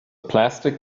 plastic